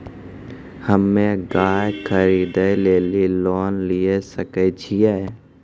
हम्मे गाय खरीदे लेली लोन लिये सकय छियै?